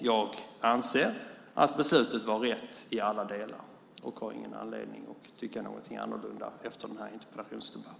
Jag anser att beslutet var rätt i alla delar, och jag har ingen anledning att tycka något annat efter denna interpellationsdebatt.